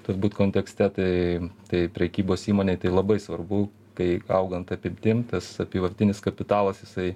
turbūt kontekste tai tai prekybos įmonei tai labai svarbu kai augant apimtim tas apyvartinis kapitalas jisai